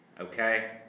okay